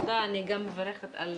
תודה רבה, אני גם מברכת על